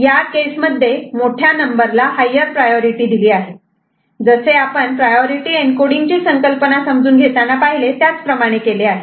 या केस मध्ये मोठ्या नंबरला हायर प्रायोरिटी दिली आहे जसे आपण प्रायोरिटी एन्कोडींग्जची संकल्पना समजून घेताना पाहिले त्याचप्रमाणे केले आहे